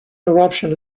eruption